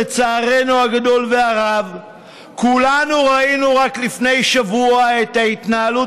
לצערנו הגדול והרב כולנו ראינו רק לפני שבוע את ההתנהלות